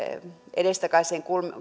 edestakaiseen